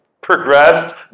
progressed